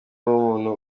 n’umuntu